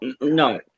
No